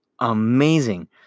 amazing